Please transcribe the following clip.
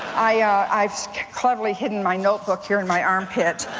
i've cleverly hidden my notebook here in my armpit,